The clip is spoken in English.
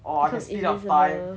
or I can speed up time